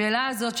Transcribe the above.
השאלה הזאת,